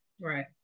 Right